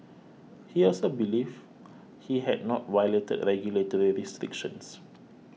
he also believed he had not violated regulatory restrictions